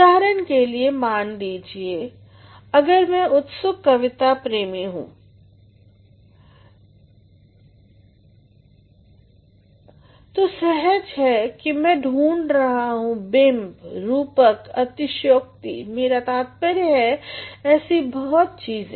उदाहरण के लिए मान लीजिये अगर मैं उत्सुक कविता प्रेमी हूँ तो सहज है कि मैं ढूंढ रहा हूँ बिम्ब रूपक अतिश्योक्ति मेरा तात्पर्य है ऐसी बहुत चीज़ें